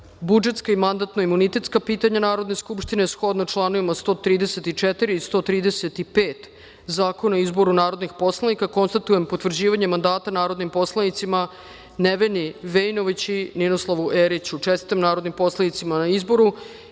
i mandatno-imunitetska pitanja Narodne skupštine, shodno čl. 134. i 135. Zakona o izboru narodnih poslanika, konstatujem potvrđivanje mandata narodnim poslanicima Neveni Vejnović i Ninoslavu Eriću.23/2 MO/LjLČestitam narodnim poslanicima na izboru